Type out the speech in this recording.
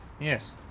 yes